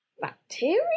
bacteria